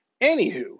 Anywho